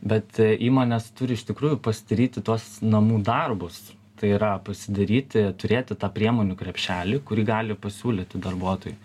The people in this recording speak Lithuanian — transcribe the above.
bet įmonės turi iš tikrųjų pasidaryti tuos namų darbus tai yra pasidaryti turėti tą priemonių krepšelį kurį gali pasiūlyti darbuotojui